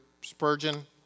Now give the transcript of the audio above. Spurgeon